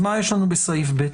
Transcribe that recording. מה יש לנו בסעיף ב',